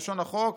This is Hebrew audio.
לשון החוק,